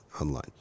Online